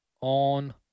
on